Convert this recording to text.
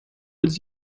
its